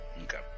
Okay